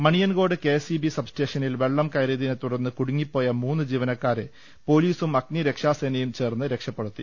Maniyankode K S E B സബ്സ്റ്റേഷനിൽ വെളളം കയറിയതിനെ തുടർന്ന് കുടുങ്ങിപ്പോയ മൂന്ന് ജീവനക്കാരെ പൊലീസും അഗ്നിരക്ഷാസേനയും ചേർന്ന് രക്ഷപ്പെടുത്തി